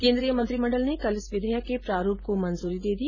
केंद्रीय मंत्रिमंडल ने कल इस विधेयक के प्रारूप को मंजूरी दे दी